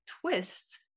twists